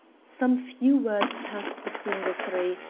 some few words passed between the three,